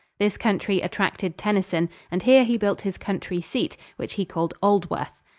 this country attracted tennyson, and here he built his country seat, which he called aldworth.